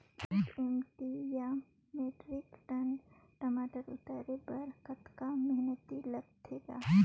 एक एम.टी या metric ton टमाटर उतारे बर कतका मेहनती लगथे ग?